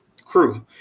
crew